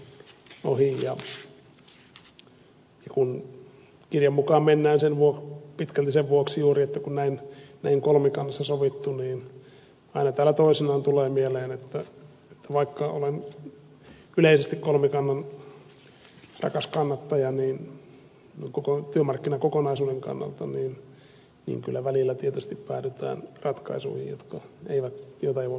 ja kun kirjan mukaan mennään pitkälti sen vuoksi juuri että kun näin on kolmikannassa sovittu niin aina täällä toisinaan tulee mieleen vaikka olen yleisesti kolmikannan rakas kannattaja koko työmarkkinakokonaisuuden kannalta että kyllä välillä tietysti päädytään ratkaisuihin joita ei voi pitää kestävinä